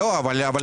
מי בעד